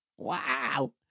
Wow